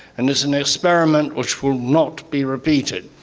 and is an experiment which will not be repeated.